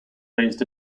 raised